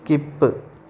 skip